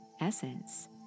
essence